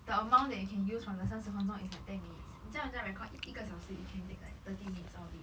the amount that you can use from the 三十分钟 is like ten minutes 你叫人家 record 一个小时 you can take like thirty minutes out of it